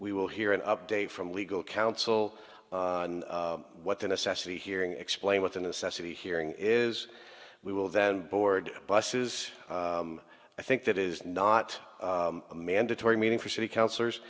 we will hear an update from legal counsel what the necessity hearing explain what the necessity hearing is we will then board buses i think that is not a mandatory meeting for city councillors